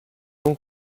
donc